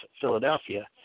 Philadelphia